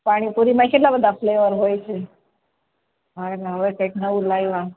પાણીપૂરીમાંય કેટલા બધા ફ્લેવર હોય છે હવે કઈક નવું લાવ્યાં